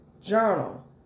journal